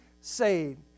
saved